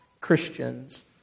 Christians